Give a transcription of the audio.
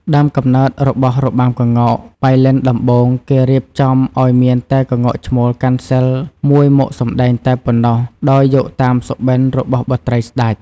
ដើមកំណើតរបស់របាំក្ងោកប៉ៃលិនដំបូង គេរៀបចំឲ្យមានតែក្ងោកឈ្មោលកាន់សីលមួយមកសម្តែងតែប៉ុណ្ណោះ ដោយយកតាមសុបិន្តរបស់បុត្រីស្តេច។